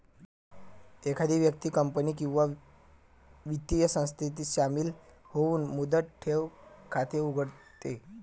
एखादी व्यक्ती कंपनी किंवा वित्तीय संस्थेत शामिल होऊन मुदत ठेव खाते उघडते